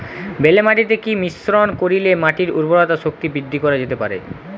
বেলে মাটিতে কি মিশ্রণ করিলে মাটির উর্বরতা শক্তি বৃদ্ধি করা যেতে পারে?